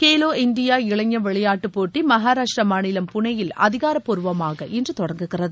Khelo India இளைஞர் விளையாட்டுப் போட்டி மகாராஷ்டிரா மாநிலம் புளேயில் அதிகாரப்பூர்வமாக இன்று தொடங்குகிறது